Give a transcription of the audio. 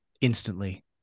instantly